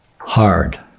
hard